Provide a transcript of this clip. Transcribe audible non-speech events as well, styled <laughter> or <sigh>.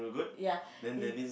ya <breath> he